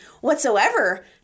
whatsoever